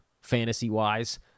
fantasy-wise